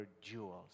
jewels